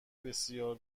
بسیار